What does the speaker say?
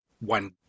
one